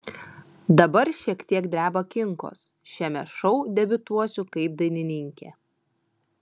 dabar šiek tiek dreba kinkos šiame šou debiutuosiu kaip dainininkė